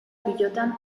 pilotan